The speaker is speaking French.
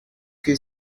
que